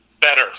better